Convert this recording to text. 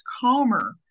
calmer